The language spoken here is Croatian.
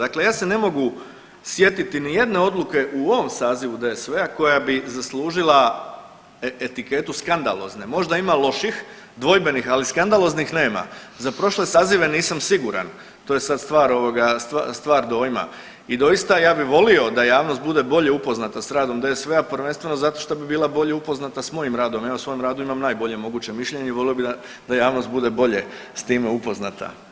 Dakle ja se ne mogu sjetiti nijedne odluke u ovom sazivu DSV-a koja bi zaslužila etiketu skandalozne, možda ima loših dvojbenih, ali skandaloznih nema, za prošle sazive nisam siguran, to je sad stvar ovoga, stvar dojma i doista ja bi volio da javnost bude bolje upoznata s radom DSV-a prvenstveno zato što bi bila bolje upoznata s mojim radom, ja o svom radu imam najbolje moguće mišljenje i volio bi da javnost bude bolje s time upoznata.